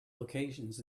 locations